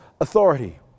authority